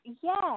Yes